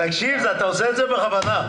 תקשיב, אתה עושה את זה בכוונה.